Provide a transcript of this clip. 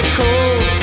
cold